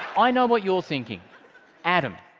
i know what you're thinking adam,